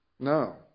No